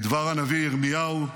כדבר הנביא ירמיהו: